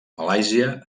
malàisia